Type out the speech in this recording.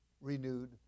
renewed